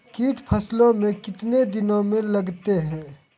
कीट फसलों मे कितने दिनों मे लगते हैं?